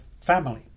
family